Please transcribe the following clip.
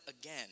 again